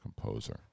composer